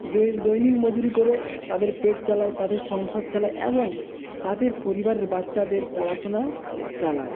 দৈনিক মজুরি করে তাদের পেট চালায় তাদের সংসার চালায় এবং তাদের পরিবারের বাচ্চাদের পড়াশুনা চালায়